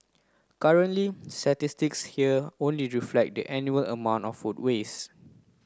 currently statistics here only reflect the annual amount of food waste